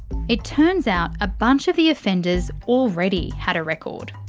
it turns out a bunch of the offenders already had a record.